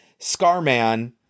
Scarman